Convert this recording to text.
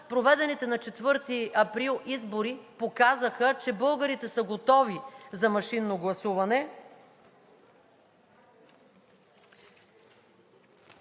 Проведените на 4 април избори показаха, че българите са готови за машинно гласуване